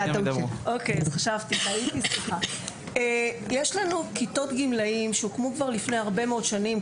יש לנו כיתות גמלאות שהוקמו כבר לפני הרבה מאוד שנים,